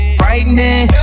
frightening